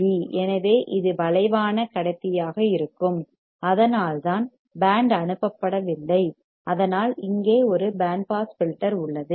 எனவே இது வளைவான கடத்தியாக இருக்கும் அதனால்தான் பேண்ட் அனுப்பப்படவில்லை இதனால் அங்கே ஒரு பேண்ட் பாஸ் ஃபில்டர் உள்ளது